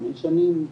חמש שנים,